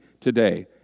today